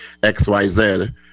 XYZ